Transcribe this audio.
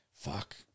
fuck